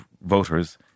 voters